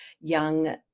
young